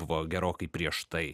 buvo gerokai prieš tai